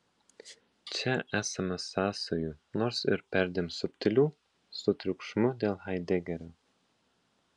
čia esama sąsajų nors ir perdėm subtilių su triukšmu dėl haidegerio